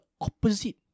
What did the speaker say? opposite